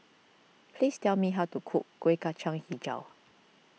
please tell me how to cook Kueh Kacang HiJau